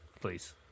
please